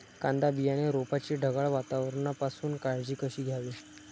कांदा बियाणे रोपाची ढगाळ वातावरणापासून काळजी कशी घ्यावी?